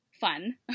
fun